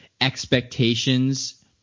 expectations